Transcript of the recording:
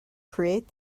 create